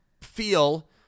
feel